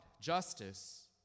Justice